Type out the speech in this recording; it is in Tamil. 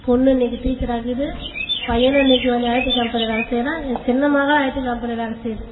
பொண்ணு இன்றைக்கு டீச்சர்ராயிருக்குது பையனும் இன்றைக்கு வந்து ஐடி கம்பெனியில் வேலை செய்கிறான் சின்ன மகளும் ஐடி கம்பெனியில் வேலை செய்யுது